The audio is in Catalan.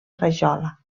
rajola